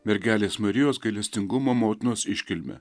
mergelės marijos gailestingumo motinos iškilmę